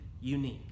unique